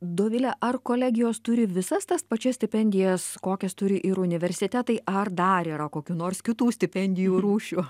dovile ar kolegijos turi visas tas pačias stipendijas kokias turi ir universitetai ar dar yra kokių nors kitų stipendijų rūšių